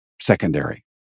secondary